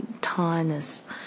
tiredness